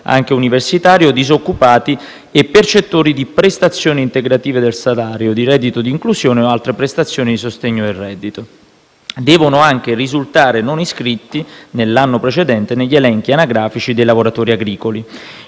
anche universitario), disoccupati e percettori di prestazioni integrative del salario, di reddito di inclusione o altre prestazioni di sostegno del reddito. Devono anche risultare non iscritti, nell'anno precedente, negli elenchi anagrafici dei lavoratori agricoli.